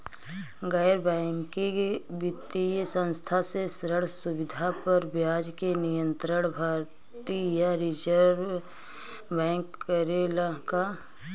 गैर बैंकिंग वित्तीय संस्था से ऋण सुविधा पर ब्याज के नियंत्रण भारती य रिजर्व बैंक करे ला का?